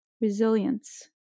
Resilience